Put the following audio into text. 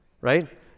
right